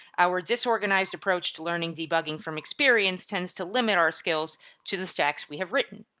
our disorganized approach to learning debugging from experience tends to limit our skills to the stacks we have written.